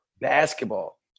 basketball